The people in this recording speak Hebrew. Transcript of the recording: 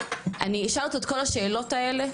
אני אשאל אותו את כל השאלות האלה,